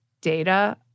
data